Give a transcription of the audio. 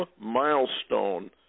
milestone